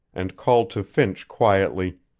and called to finch quietly